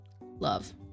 love